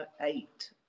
eight